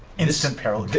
instant peril.